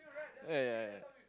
ya ya ya